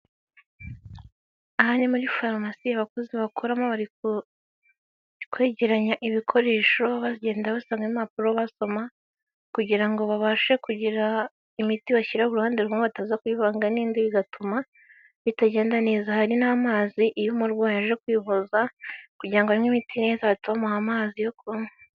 Aha ni muri farumasi abakozi bakoramo bari kwegeranya ibikoresho bagenda basanga impapuro basoma kugirango ngo babashe kugira imiti bashyiraho kuruhande rumwe bataza kuyivanga n'indi bigatuma bitagenda neza hari n'amazi iyo umurwayi aje kwivuza kugirango anywa imiti neza bitumaha amazi yo kunywa.